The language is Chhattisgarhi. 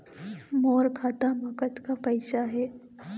मोर खाता म कतक पैसा हे?